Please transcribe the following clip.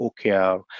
OKR